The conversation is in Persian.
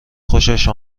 خوشش